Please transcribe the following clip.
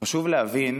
חשוב להבין,